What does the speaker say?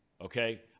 okay